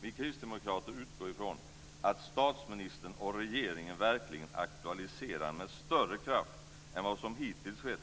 Vi kristdemokrater utgår från att statsministern och regeringen verkligen aktualiserar med större kraft än vad som hittills skett